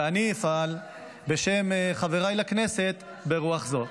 ואני אפעל בשם חבריי לכנסת ברוח זו.